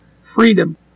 freedom